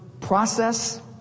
process